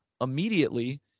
immediately